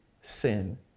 sin